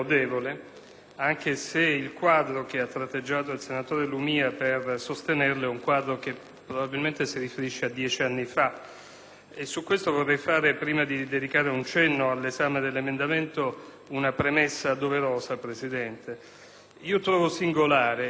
Su questo, prima di dedicare un cenno all'esame dell'emendamento, vorrei fare una premessa doverosa. Trovo singolare che a scadenze ricorrenti si parli della gestione dei testimoni di giustizia, che certamente ha mille limiti,